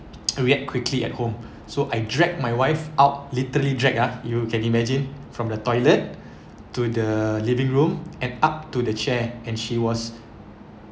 react quickly at home so I dragged my wife out literally drag ah you can imagine from the toilet to the living room and up to the chair and she was